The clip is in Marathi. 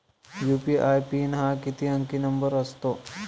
यू.पी.आय पिन हा किती अंकी नंबर असतो?